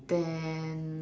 then